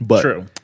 True